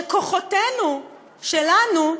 שכוחותינו שלנו,